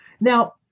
Now